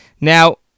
Now